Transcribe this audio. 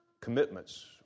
commitments